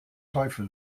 teufel